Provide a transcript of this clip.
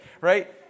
right